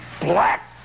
black